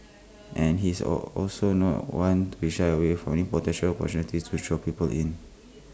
and he is also not one to be shy away from any potential opportunity to draw people in